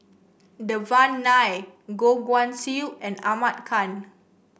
Devan Nair Goh Guan Siew and Ahmad Khan